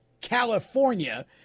California